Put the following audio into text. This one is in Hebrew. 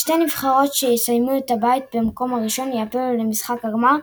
שתי הנבחרות שיסיימו את הבית במקום הראשון העפילו למשחק הגמר,